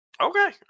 Okay